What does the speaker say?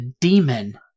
demon